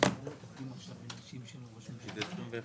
משרד השיכון.